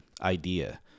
idea